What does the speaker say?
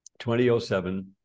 2007